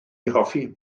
hoffi